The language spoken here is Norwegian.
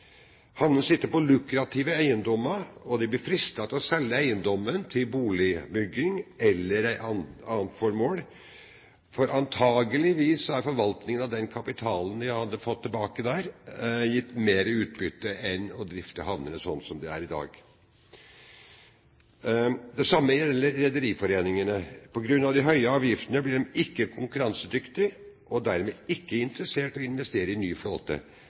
sitter på lukrative eiendommer, og man blir fristet til å selge eiendommene til boligbygging eller andre formål, for antagelig ville forvaltningen av den kapitalen man får tilbake, gitt mer utbytte enn å drifte havnene, slik som det er i dag. Det samme gjelder rederiforeningene. På grunn av de høye avgiftene blir man ikke konkurransedyktig, og man er dermed ikke interessert i å investere i ny flåte. Derfor har vi også – veldig mye – gammel flåte